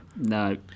No